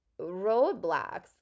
roadblocks